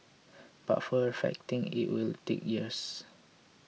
but perfecting it will take years